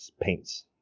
paints